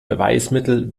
beweismittel